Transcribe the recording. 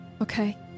Okay